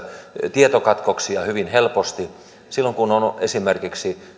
tietokatkoksia hyvin helposti silloin kun on esimerkiksi